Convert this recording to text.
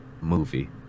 movie